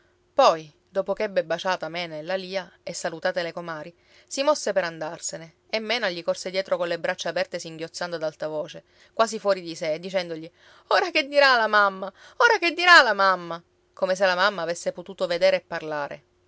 poi dopo ch'ebbe baciata mena e la lia e salutate le comari si mosse per andarsene e mena gli corse dietro colle braccia aperte singhiozzando ad alta voce quasi fuori di sé e dicendogli ora che dirà la mamma ora che dirà la mamma come se la mamma avesse potuto vedere e parlare